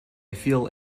feel